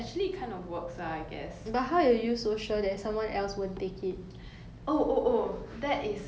oh oh oh that is a thing that they taught in my class called moral justification so